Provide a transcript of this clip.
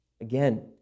Again